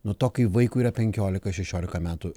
nuo to kai vaikui penkiolika šešiolika metų